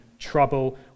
trouble